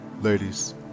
ladies